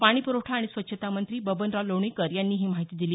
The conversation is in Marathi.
पाणी प्रवठा आणि स्वच्छता मंत्री बबनराव लोणीकर यांनी ही माहिती दिली